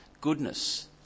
goodness